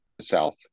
south